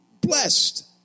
blessed